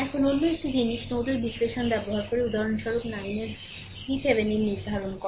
এখন অন্য একটি জিনিস নোডাল বিশ্লেষণ ব্যবহার করে উদাহরণস্বরূপ 9 এর VThevenin নির্ধারণ করে